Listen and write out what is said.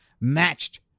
matched